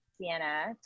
Sienna